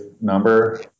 number